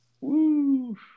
Woo